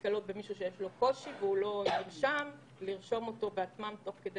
נתקלות במישהו שיש לו קושי והוא לא נרשם - לרשום אותו בעצמן תוך כדי